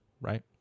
Right